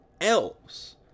elves